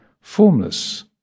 formless